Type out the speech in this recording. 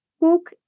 Hook